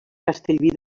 castellví